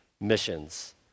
missions